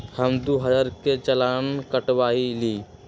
हम दु हजार के चालान कटवयली